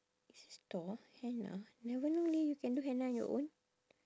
it's a store henna never know leh you can do henna on your own